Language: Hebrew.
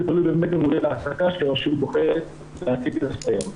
זה תלוי באמת במודל ההעסקה שהרשות בוחרת להעסיק את הסייעות.